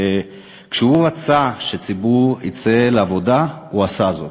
וכשהוא רצה שציבור יצא לעבודה, הוא עשה זאת.